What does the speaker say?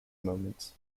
moments